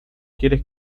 quieres